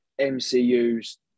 MCU's